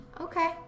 Okay